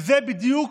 זה בדיוק